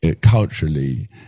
culturally